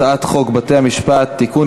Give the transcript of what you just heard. הצעת חוק בתי-המשפט (תיקון,